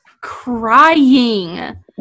crying